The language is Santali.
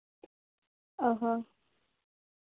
ᱚᱸᱻ ᱦᱚᱸ